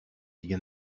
دیگه